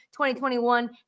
2021